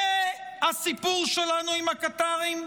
זה הסיפור שלנו עם הקטרים?